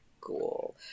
Cool